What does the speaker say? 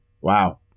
Wow